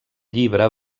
llibre